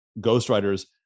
ghostwriters